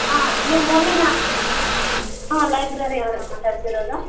ಆಂ ನೀವು ಮೊನ್ನೆ ನಾ ಹಾಂ ಲೈಬ್ರೆರಿ ಅವರೆ ಮಾತಾಡ್ತಿರೋದು